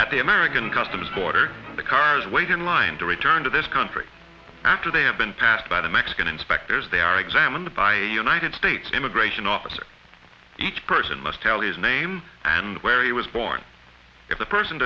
that the american customs border the cars wait in line to return to this country after they have been passed by the mexican inspectors they are examined by a united states immigration officer each person must tell his name and where he was born if the person